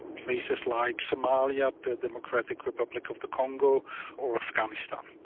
places like somalia, the democratic republic of the congo or afghanistan.